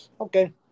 Okay